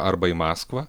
arba į maskvą